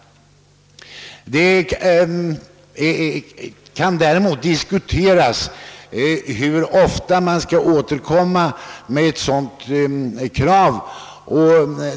Det kan däremot diskuteras hur ofta man skall återkomma med ett sådant krav.